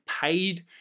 paid